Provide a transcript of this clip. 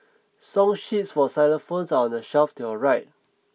song sheets for xylophones are on the shelf to your right